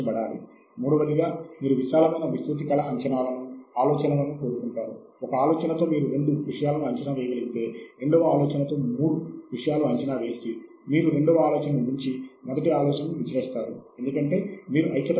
కాబట్టి చనువులో కొత్తదనం మరియు కొత్తదనం యొక్క చనువు ఏమిటో మీరు తెలుసుకోవాలి కొత్తదనం అంటే ఏమిటి